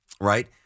Right